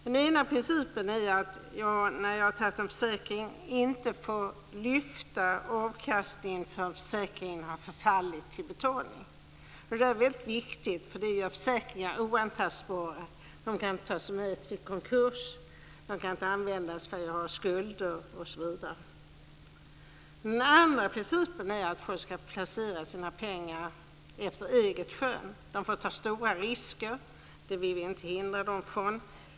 Den ena principen är att när jag har tagit en försäkring inte får lyfta avkastningen förrän försäkringen har förfallit till betalning. Det är viktigt, för det gör försäkringarna oantastbara. De kan inte tas med i konkurs, och de kan inte användas för skulder osv. Den andra principen är att folk ska få placera sina pengar efter eget skön. De får ta stora risker. Det vill vi inte hindra dem från.